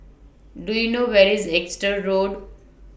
Do YOU know Where IS Exeter Road